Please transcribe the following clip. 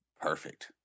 perfect